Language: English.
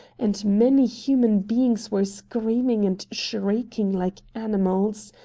and many human beings were screaming and shrieking like animals.